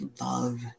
love